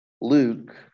Luke